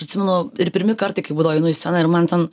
atsimenu ir pirmi kartai kai būdavo einu į sceną ir man ten